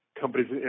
companies